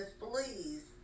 please